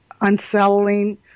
unsettling